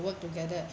work together